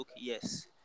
yes